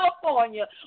California